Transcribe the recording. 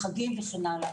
חגים וכן הלאה.